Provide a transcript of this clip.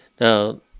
Now